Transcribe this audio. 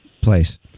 place